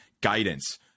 guidance